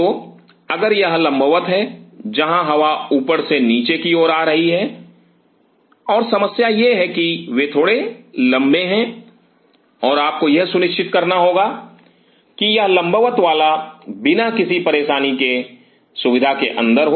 तो अगर यह एक लंबवत है जहां हवा ऊपर से नीचे की ओर आ रही है और समस्या यह है कि वे थोड़े लम्बे हैं और आपको यह सुनिश्चित करना होगा कि यह लंबवत वाला बिना किसी परेशानी के सुविधा के अंदर हो